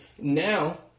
now